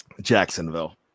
Jacksonville